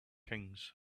kings